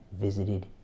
visited